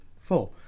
four